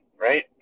right